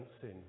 sin